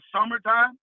summertime